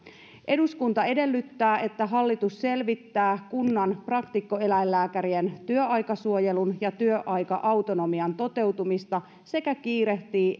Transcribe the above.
eduskunta edellyttää että hallitus selvittää kunnan praktikkoeläinlääkärien työaikasuojelun ja työaika autonomian toteutumista sekä kiirehtii